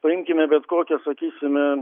paimkime bet kokią sakysime